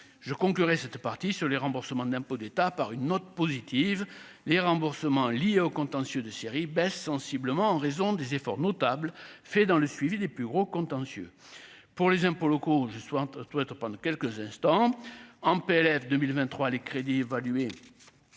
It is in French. je conclurai c'était parti sur les remboursements d'impôts d'État par une note positive, les remboursements liés au contentieux de série baisse sensiblement en raison des efforts notables faits dans le suivi des plus gros contentieux pour les impôts locaux, je suis tout être pendant quelques instants en PLF 2023 les crédits évalués